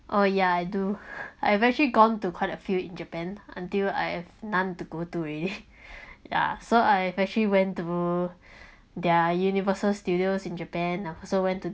oh yeah I do I've actually gone to quite a few in japan until I have none to go to already ya so I actually went to their universal studios in japan I also went to